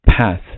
path